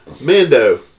Mando